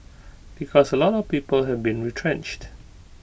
because A lot of people have been retrenched